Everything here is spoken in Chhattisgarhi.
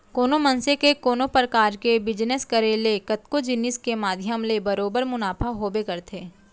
कोनो मनसे के कोनो परकार के बिजनेस करे ले कतको जिनिस के माध्यम ले बरोबर मुनाफा होबे करथे